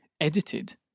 edited